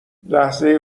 لحظه